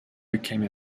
became